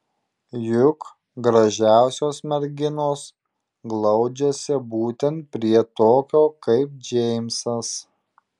juk gražiausios merginos glaudžiasi būtent prie tokio kaip džeimsas